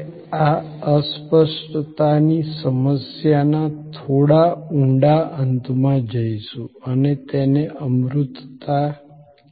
આપણે આ અસ્પષ્ટતાની સમસ્યાના થોડા ઊંડા અંતમાં જઈશું અને તેને અમૂર્તતા